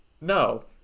No